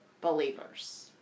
believers